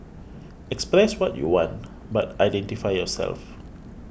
express what you want but identify yourself